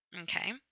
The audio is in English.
okay